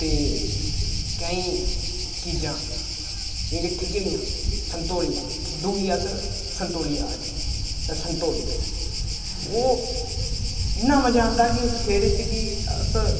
ते केईं चीजां जेह्की ठीकरियां संतोलिया खिद्दू गी अस संतोलिया आखदे हे संतोलिया ओह् इन्ना मजा औंदा हा कि उस खेढ च कि अस